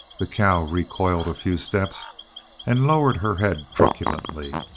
the cow recoiled a few steps and lowered her head truculently.